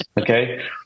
Okay